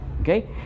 Okay